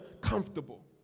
comfortable